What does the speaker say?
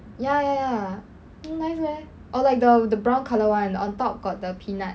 ya ya ya nice leh or like the the brown colour [one] on top got the peanut